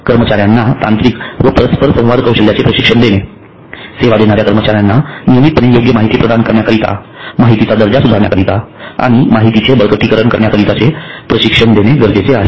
कर्मचाऱ्यांना तांत्रिक व परस्पर संवाद कौशल्याचे प्रशिक्षण देणे सेवा देणाऱ्या कर्मचाऱ्यांना नियमितपणे योग्य माहिती प्रदान करण्याकरितामाहितीची दर्जा सुधारण्याकरिता आणि माहितीचे बळकटीकरण करण्याकरीताचे प्रशिक्षण देणे गरजेचे आहे